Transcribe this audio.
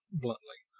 bluntly,